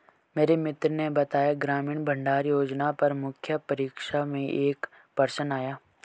मेरे मित्र ने बताया ग्रामीण भंडारण योजना पर मुख्य परीक्षा में एक प्रश्न आया